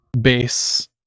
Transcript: base